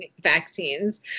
vaccines